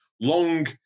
long